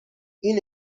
این